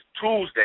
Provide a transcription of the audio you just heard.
tuesday